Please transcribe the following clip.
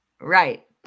Right